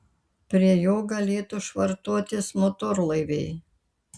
prie jo galėtų švartuotis motorlaiviai